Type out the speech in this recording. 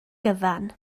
gyfan